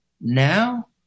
now